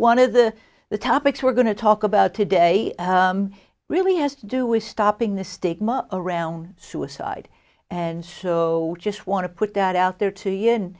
one of the the topics we're going to talk about today really has to do with stopping the stigma around suicide and so i just want to put that out there to you in